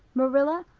marilla,